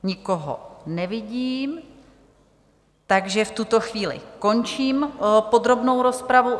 Nikoho nevidím, takže v tuto chvíli končím podrobnou rozpravu.